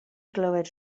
glywed